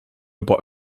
über